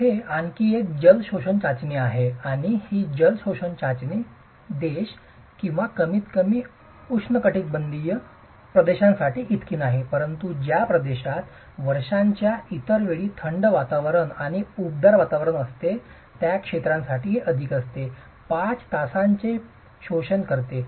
तेथे आणखी एक जल शोषण चाचणी आहे आणि ही जल शोषण चाचणी देश किंवा कमीतकमी उष्णकटिबंधीय प्रदेशांसाठी इतकी नाही परंतु ज्या प्रदेशात वर्षाकाच्या इतर वेळी थंड वातावरण आणि उबदार हवामान असते त्या क्षेत्रासाठी हे अधिक असते 5 तास पाण्याचे शोषण करते